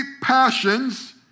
passions